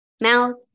Mouth